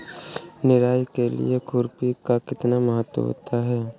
निराई के लिए खुरपी का कितना महत्व होता है?